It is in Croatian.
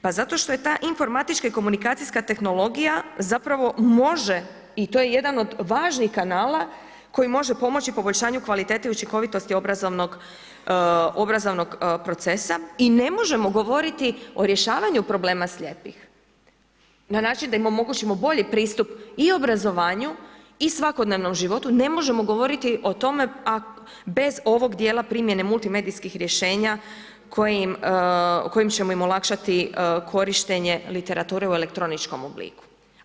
Pa zato što ta informatička i komunikacijska tehnologija zapravo može i to je jedan od važnijih kanala koju može pomoći poboljšanju kvalitete i učinkovitosti obrazovnog procesa i ne može govoriti o rješavanju problema slijepih na način da im omogućimo bolji pristup i obrazovanju i svakodnevnom životu, ne možemo govoriti bez ovog djela primjene multimedijskih rješenja kojim ćemo im olakšati korištenje literature u elektroničkom obliku.